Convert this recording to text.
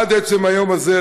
ועד עצם היום הזה,